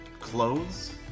clothes